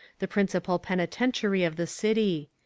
the principal penitentiary of the city.